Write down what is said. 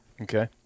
Okay